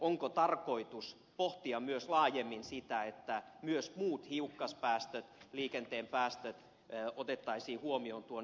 onko tarkoitus pohtia myös laajemmin sitä että myös muut hiukkaspäästöt liikenteen päästöt otettaisiin huomioon tuon hiilidioksidin rinnalla